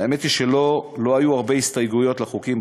האמת היא שלא היו הרבה הסתייגויות לחוקים.